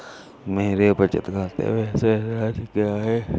मेरे बचत खाते में शेष राशि क्या है?